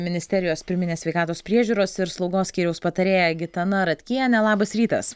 ministerijos pirminės sveikatos priežiūros ir slaugos skyriaus patarėja gitana ratkiene labas rytas